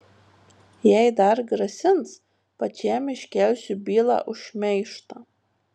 jei dar grasins pačiam iškelsiu bylą už šmeižtą